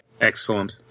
Excellent